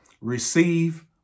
Receive